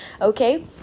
okay